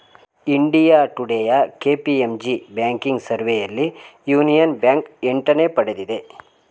India ಟುಡೇಯ KPMG banking ಸರ್ವೆಯಲ್ಲಿ Union Bank ಎಂಟನೇ ಪಡೆದಿದೆ